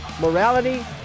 morality